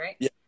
right